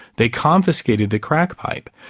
they confiscated the crack pipe.